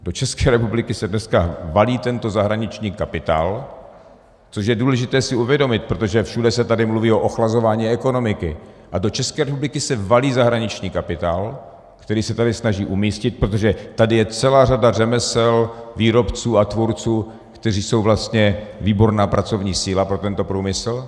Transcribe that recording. Do České republiky se dneska valí tento zahraniční kapitál, což je důležité si uvědomit, protože všude se tady mluví o ochlazování ekonomiky, a do České republiky se valí zahraniční kapitál, který se tady snaží umístit, protože tady je celá řada řemesel, výrobců a tvůrců, kteří jsou vlastně výborná pracovní síla pro tento průmysl.